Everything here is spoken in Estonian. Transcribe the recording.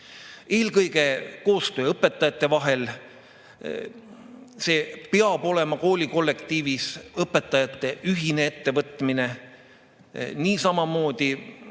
Eelkõige koostöö õpetajate vahel. See peab olema koolikollektiivis õpetajate ühine ettevõtmine. Samamoodi